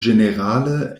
ĝenerale